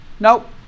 Nope